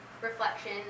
reflection